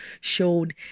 showed